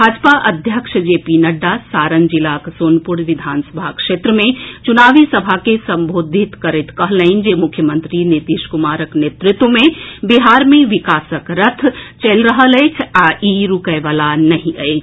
भाजपा अध्यक्ष जेपी नड्डा सारण जिलाक सोनुपर विधानसभा क्षेत्र मे चुनावी सभा के संबोधित करैत कहलनि जे मुख्यमंत्री नीतीश कुमारक नेतृत्व मे बिहार मे विकासक रथ चलि रहल अछि आ ई रूकएवला नहि अछि